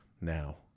Now